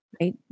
Right